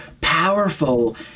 powerful